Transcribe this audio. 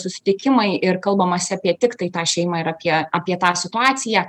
susitikimai ir kalbamasi apie tiktai tą šeimą ir apie apie tą situaciją